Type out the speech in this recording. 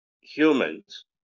humans